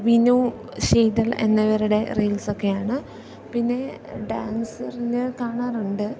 വിനു ശീതൾ എന്നവരുടെ റീൽസ് ഒക്കെയാണ് പിന്നെ ഡാൻസറിന് കാണാറുണ്ട്